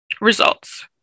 Results